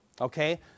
Okay